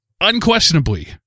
unquestionably